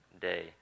day